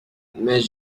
mais